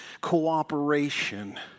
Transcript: cooperation